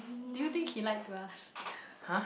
do you think he like to ask